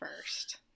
first